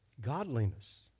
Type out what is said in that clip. godliness